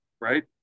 right